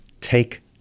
take